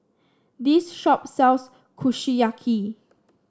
this shop sells Kushiyaki